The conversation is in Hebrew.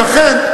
ולכן,